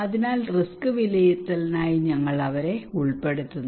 അതിനാൽ റിസ്ക് വിലയിരുത്തലിനായി ഞങ്ങൾ അവരെ ഉൾപ്പെടുത്തുന്നു